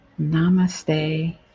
Namaste